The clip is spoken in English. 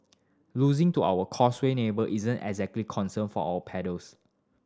losing to our causeway neighbour isn't exactly concern for our paddlers